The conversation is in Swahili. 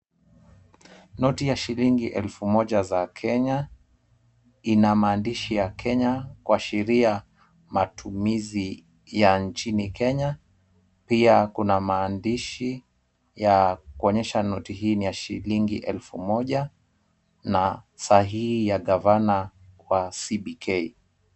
Noti ya shilingi elfu moja za Kenya, ina maandishi ya Kenya, kuashiria matumizi ya nchini Kenya, pia kuna maandishi ya kuonyesha noti hii ni ya shilingi elfumoja na sahihi ya gavana wa CBK.